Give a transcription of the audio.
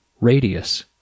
radius